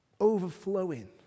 overflowing